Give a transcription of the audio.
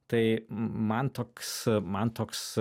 tai man toks man toks